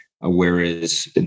whereas